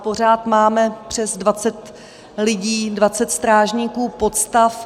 Pořád máme přes 20 lidí, 20 strážníků podstav.